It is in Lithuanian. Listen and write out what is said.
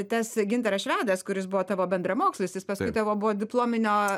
tas gintaras švedas kuris buvo tavo bendramokslis jis paskui tavo buvo diplominio